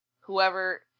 whoever